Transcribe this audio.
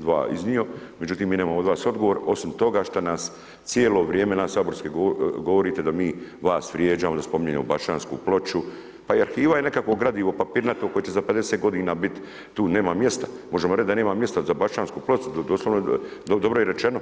dva iznio, međutim, mi nemamo od vas odgovor, osim toga što nas cijelo vrijem, nas saborske govorite da mi vas vrijeđamo, da spominjemo bašćansku ploču, pa i arhiva je nekakvo gradivo, papirnato koje će za 50 g. biti, tu nema mjesta, možemo reći da nema mjesta za bašćansku ploču, to doslovno dobro je rečeno.